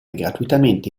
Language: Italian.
gratuitamente